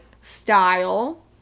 Style